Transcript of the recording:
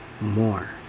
more